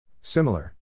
Similar